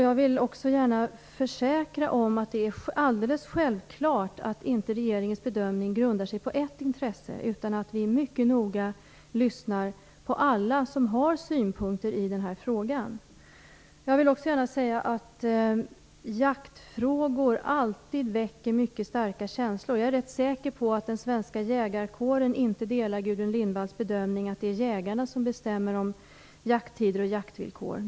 Jag vill också försäkra att det är alldeles självklart att regeringens bedömning inte grundar sig på ett intresse. Vi lyssnar mycket noga på alla som har synpunkter i den här frågan. Jag vill också gärna säga att jaktfrågor alltid väcker mycket starka känslor. Jag är rätt säker på att den svenska jägarkåren inte delar Gudrun Lindvalls bedömning att det är jägarna som bestämmer om jakttider och jaktvillkor.